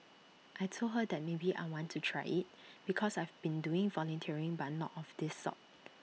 I Told her that maybe I want to try IT because I've been doing volunteering but not of this sort